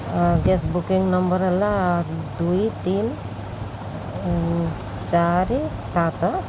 gas booking number ହେଲା ଦୁଇ ତିନି ଚାରି ସାତ